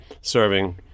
serving